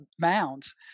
mounds